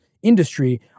industry